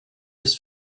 bis